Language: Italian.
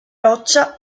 roccia